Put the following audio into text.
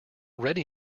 ready